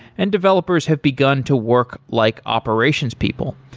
and developers have begun to work like operations people.